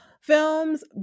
films